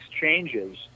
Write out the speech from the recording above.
changes